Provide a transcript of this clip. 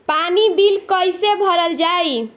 पानी बिल कइसे भरल जाई?